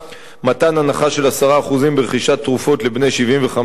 מתן הנחה של 10% ברכישת תרופות לבני 75 ומעלה,